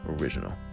original